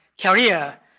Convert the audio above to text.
career